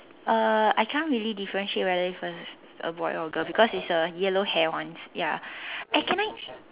uh I can't really differentiate whether if it's a boy or a girl because it's a yellow hair one ya and can I